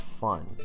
fun